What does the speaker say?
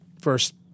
first